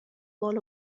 بال